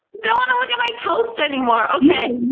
ddon't wanna look at my toast anymore? okay.